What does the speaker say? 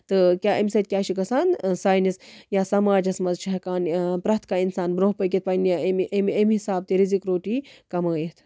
تہٕ کیاہ اَمہِ سۭتۍ کیاہ چھُ گژھان سٲنِس یَتھ سَماجَس منٛز چھُ ہیٚکان پرٮ۪تھ کانٛہہ اِنسان برونٛہہ پٔکِتھ پَنٕنہِ اَمہِ اَمہِ حِسابہٕ تہِ رِزق روٹی کَمٲیِتھ